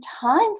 time